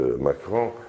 Macron